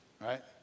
Right